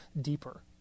deeper